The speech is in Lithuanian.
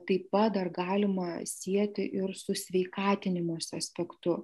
taip pat dar galima sieti ir su sveikatinimosi aspektu